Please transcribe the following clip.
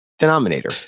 denominator